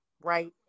right